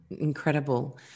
incredible